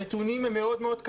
הנתונים קשים מאוד.